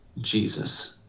Jesus